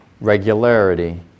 regularity